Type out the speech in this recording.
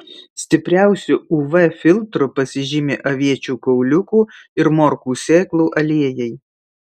stipriausiu uv filtru pasižymi aviečių kauliukų ir morkų sėklų aliejai